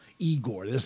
Igor